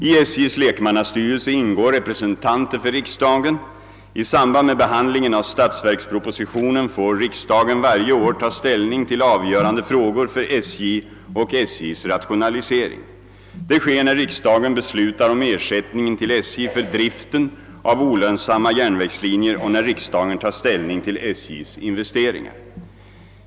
I SJ:s lekmannastyrelse ingår representanter för riksdagen. I samband med behandlingen av statsverkspropositionen får riksdagen varje år ta ställning till avgörande frågor för SJ och SJ:s rationalisering. Det sker när riksdagen beslutar om ersättningen till SJ för driften av olönsamma järnvägslinjer och när riksdagen tar ställning till SJ:s investeringar.